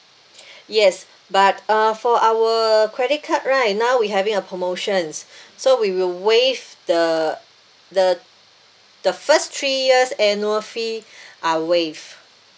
yes but uh for our credit card right now we having a promotions so we will waive the the the first three years annual fee are waived